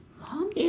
Mom